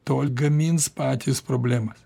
tol gamins patys problemą